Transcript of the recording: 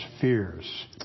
fears